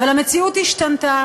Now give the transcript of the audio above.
אבל המציאות השתנתה